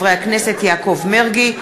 ההצעה לסדר-היום תועבר לדיון בוועדת הפנים.